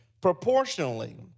proportionally